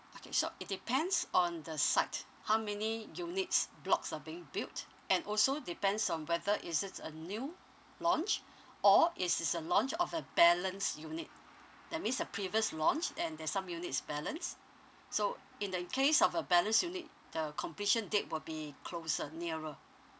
okay so it depends on the site how many units blocks are being built and also depends on whether is it a new launch or is is a launch of a balance unit that means the previous launch and there's some units balance so in the in case of a balance unit the completion date will be closer nearer